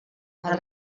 els